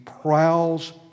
prowls